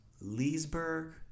Leesburg